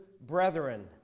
brethren